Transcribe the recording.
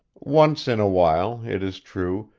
once in a while, it is true,